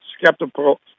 skeptical